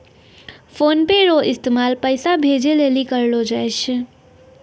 PhonePe रो इस्तेमाल पैसा भेजे लेली करलो जाय छै